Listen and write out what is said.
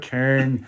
Turn